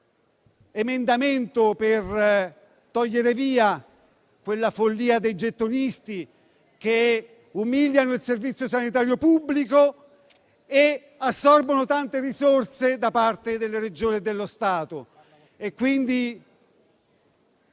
emendamento per eliminare la follia dei gettonisti, che umiliano il Servizio sanitario pubblico e assorbono tante risorse delle Regioni e dello Stato.